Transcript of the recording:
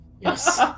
Yes